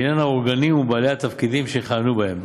לעניין האורגנים ובעלי התפקידים שיכהנו בהם,